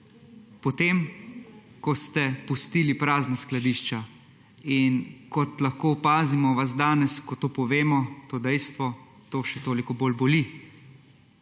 potem ko ste pustili prazna skladišča. Kot lahko opazimo, vas danes, ko povemo to dejstvo, to še toliko bolj boli.